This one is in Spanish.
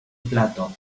plato